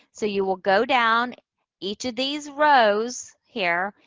so, you will go down each of these rows here,